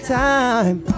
time